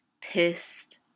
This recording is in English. pissed